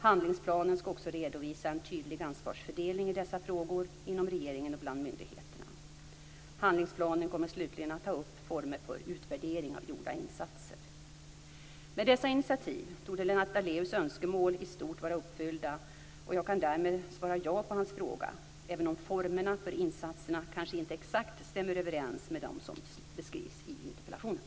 Handlingsplanen ska också redovisa en tydlig ansvarsfördelning i dessa frågor inom regeringen och bland myndigheterna. Handlingsplanen kommer slutligen att ta upp former för utvärdering av gjorda insatser. Med dessa initiativ torde Lennart Daléus önskemål i stort vara uppfyllda och jag kan därmed svara ja på hans fråga, även om formerna för insatserna kanske inte exakt stämmer överens med dem som beskrivs i interpellationen.